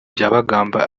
byabagamba